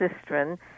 cistern